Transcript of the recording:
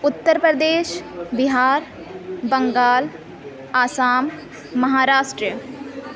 Uttar Pradesh Bihar Bengal Assam Maharashtra